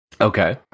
Okay